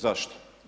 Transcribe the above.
Zašto?